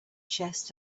chest